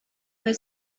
were